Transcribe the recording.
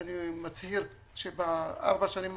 אני מצהיר שבארבע השנים הראשונות,